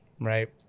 right